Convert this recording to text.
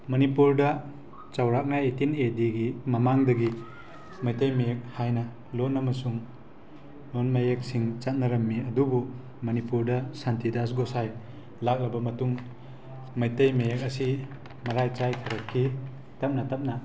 ꯃꯅꯤꯄꯨꯔꯗ ꯆꯥꯎꯔꯥꯛꯅ eighteen A ꯗꯤꯒꯤ ꯃꯃꯥꯡꯗꯒꯤ ꯃꯩꯇꯩ ꯃꯌꯦꯛ ꯍꯥꯏꯅ ꯂꯣꯟ ꯑꯃꯁꯨꯡ ꯂꯣꯟ ꯃꯌꯦꯛꯁꯤꯡ ꯆꯠꯅꯔꯝꯃꯤ ꯑꯗꯨꯕꯨ ꯃꯅꯤꯄꯨꯔꯗ ꯁꯥꯟꯇꯤꯗꯥꯁ ꯒꯣꯁꯥꯏ ꯂꯥꯛꯂꯕ ꯃꯇꯨꯡ ꯃꯩꯇꯩ ꯃꯌꯦꯛ ꯑꯁꯤ ꯃꯔꯥꯏ ꯆꯥꯏꯊꯔꯛꯈꯤ ꯇꯞꯅ ꯇꯞꯅ